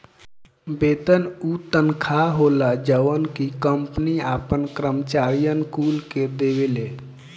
वेतन उ तनखा होला जवन की कंपनी आपन करम्चारिअन कुल के देवेले